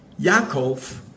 Yaakov